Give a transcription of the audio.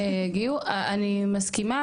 אני מסכימה,